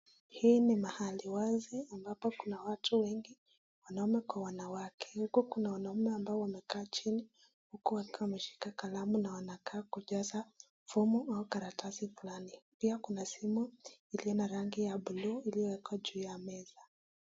Hii ni mahali wazi ambapo kuna watu wengi, wanaume kwa wanawake. Huku kuna wanaume ambao wamekaa chini huku wakiwa wameshika kalamu na wanakaa kujaza fomu au karatasi fulani. Pia kuna simu iliyo na rangi ya bluu iliyowekwa juu ya meza.